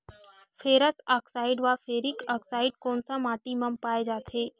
Ferrous oxide व ferric oxide कोन सा माटी म पाय जाथे?